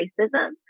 racism